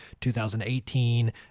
2018